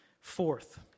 Fourth